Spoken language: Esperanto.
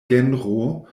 genro